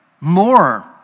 more